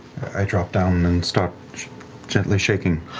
i drop down and start gently shaking.